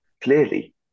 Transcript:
Clearly